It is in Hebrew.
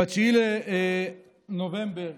ב-9 בנובמבר